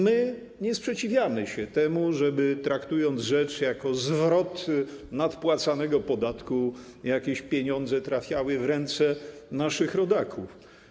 My nie sprzeciwiamy się temu, żeby - traktując rzecz jako zwrot nadpłacanego podatku - jakieś pieniądze trafiały w ręce naszych rodaków.